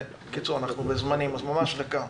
בקיצור, הזמן שלנו קצר, אז ממש בדקה.